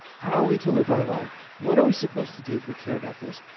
how are we to live our life? what are we supposed to do if we care about this?